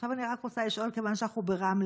עכשיו אני רק רוצה לשאול, כיוון שאנחנו ברמלה,